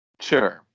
Sure